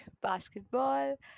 basketball